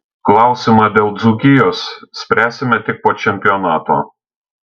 klausimą dėl dzūkijos spręsime tik po čempionato